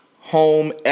home